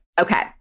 Okay